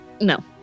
No